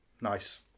nice